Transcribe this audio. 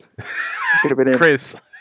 Chris